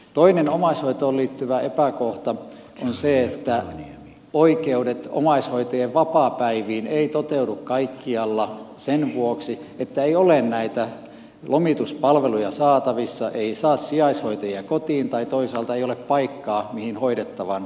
toinen omaishoitoon liittyvä epäkohta on se että oikeus omaishoitajien vapaapäiviin ei toteudu kaikkialla sen vuoksi että ei ole näitä lomituspalveluja saatavissa ei saa sijaishoitajia kotiin tai toisaalta ei ole paikkaa mihin hoidettavan voi viedä